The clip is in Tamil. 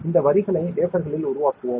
இந்த வரிகளை வேஃபர்களில் உருவாக்குவோம்